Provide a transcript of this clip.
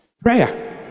Prayer